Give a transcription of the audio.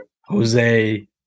Jose